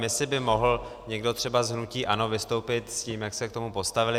Jestli by mohl někdo třeba z hnutí ANO vystoupit s tím, jak se k tomu postavili.